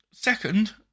Second